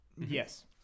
yes